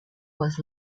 was